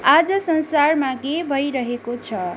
आज संसारमा के भइरहेको छ